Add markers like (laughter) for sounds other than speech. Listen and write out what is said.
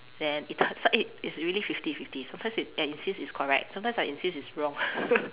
then it t~ so it it's really fifty fifty sometimes he and insists it's correct sometimes I insists it's wrong (laughs)